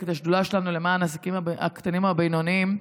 את השדולה שלנו למען העסקים הקטנים והבינוניים,